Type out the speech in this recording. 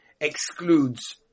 excludes